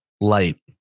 light